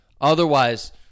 Otherwise